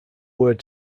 word